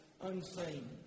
unseen